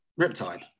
Riptide